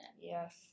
Yes